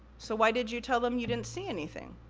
so, why did you tell them you didn't see anything?